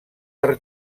per